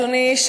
אדוני,